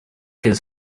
his